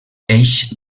eix